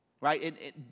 Right